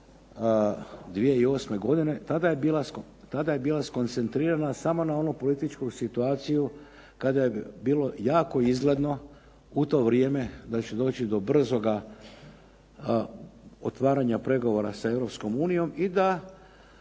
2008. godine, tada je bila skoncentrirana samo na onu političku situaciju kada je bilo jako izgledno u to vrijeme da će doći do brzoga otvaranja pregovora s EU i da